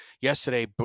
yesterday